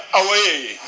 away